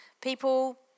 people